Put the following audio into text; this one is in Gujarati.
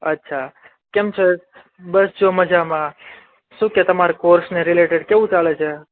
અચ્છા કેમ છે બસ જો મજામાં શું કે તમાર કોર્સને રિલેટેડ કેવું ચાલે છે